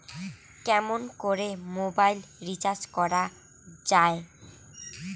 কেমন করে mobile recharge করা য়ায়?